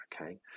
okay